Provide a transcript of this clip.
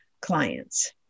clients